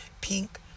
pink